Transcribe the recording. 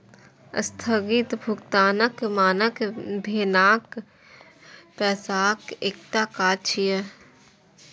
स्थगित भुगतानक मानक भेनाय पैसाक एकटा काज छियै